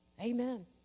Amen